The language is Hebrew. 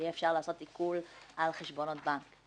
שאפשר יהיה לעשות עיקול על חשבונות הבנק.